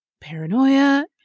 paranoia